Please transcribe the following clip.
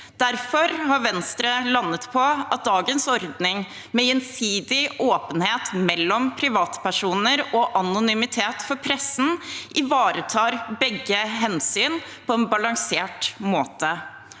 Derfor har Venstre landet på at dagens ordning, med gjensidig åpenhet mellom privatpersoner og anonymitet for pressen, ivaretar begge hensyn på en balansert måte.